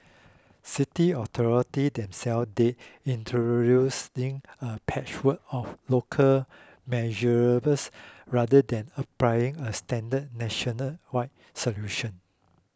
city authorities themselves dread introducing a patchwork of local measures rather than applying a standard national wide solution